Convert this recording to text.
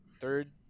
third